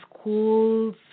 schools